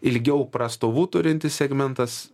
ilgiau prastovų turintis segmentas